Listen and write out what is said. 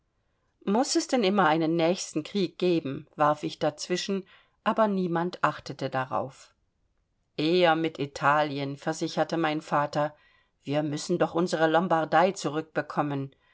muß es denn immer einen nächsten krieg geben warf ich dazwischen aber niemand achtete darauf eher mit italien versicherte mein vater wir müssen doch unsere lombardei zurückbekommen